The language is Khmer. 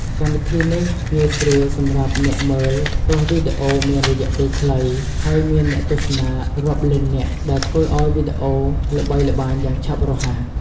កម្មវិធីនេះងាយស្រួលសម្រាប់អ្នកមើល ព្រោះវីដេអូមានរយៈពេលខ្លី ហើយមានអ្នកទស្សនារាប់លាននាក់ ដែលធ្វើឲ្យវីដេអូល្បីល្បាញយ៉ាងឆាប់រហ័ស។